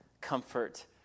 Comfort